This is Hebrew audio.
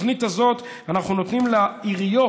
בתוכנית הזאת אנחנו נותנים לעיריות,